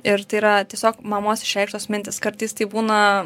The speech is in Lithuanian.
ir tai yra tiesiog mamos išreikštos mintys kartais tai būna